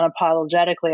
unapologetically